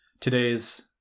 today's